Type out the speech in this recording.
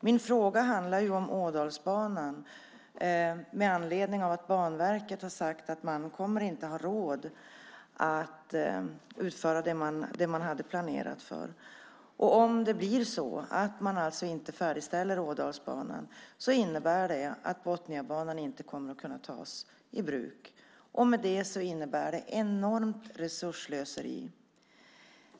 Min fråga handlar ju om Ådalsbanan med anledning av att Banverket har sagt att man inte kommer att ha råd att utföra det man hade planerat för. Om det blir så att Ådalsbanan inte färdigställs innebär det att Botniabanan inte kommer att kunna tas i bruk. Det innebär ett enormt resursslöseri.